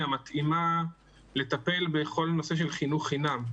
המתאימה לטפל בכל הנושא של חינוך חינם.